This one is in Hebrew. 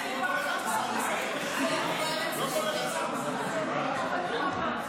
אנחנו עוברים לדובר הבא.